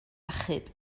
achub